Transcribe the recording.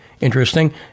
interesting